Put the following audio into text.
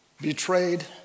betrayed